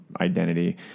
identity